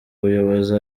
buyobozi